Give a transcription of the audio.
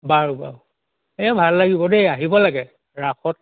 বাৰু বাৰু এই ভাল লাগিব দেই আহিব লাগে ৰাসত